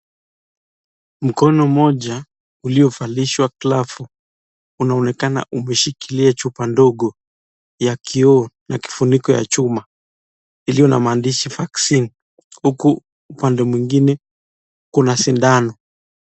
Mkono moja uliovalishwa glavu unaonekana umeshikilia chupa ndogo ya kioo na kifuniko ya chuma iliyo na maandishi vaccine huku upande mwingine kuna sindano.